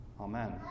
Amen